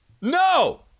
no